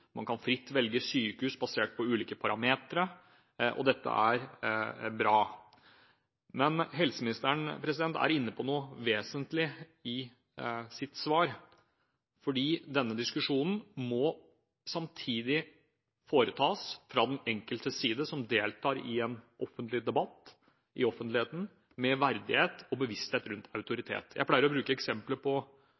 Man kan fritt velge sykehus basert på ulike parametere. Dette er bra. Men helseministeren er inne på noe vesentlig i sitt svar, for denne diskusjonen må samtidig foretas fra den enkeltes side, den som deltar i en offentlig debatt – i offentligheten – med verdighet og bevissthet rundt